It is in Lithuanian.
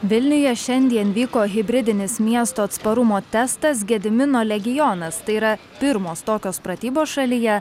vilniuje šiandien vyko hibridinis miesto atsparumo testas gedimino legionas tai yra pirmos tokios pratybos šalyje